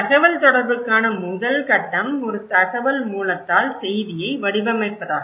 தகவல்தொடர்புக்கான முதல் கட்டம் ஒரு தகவல் மூலத்தால் செய்தியை வடிவமைப்பதாகும்